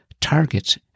targets